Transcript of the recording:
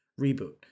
reboot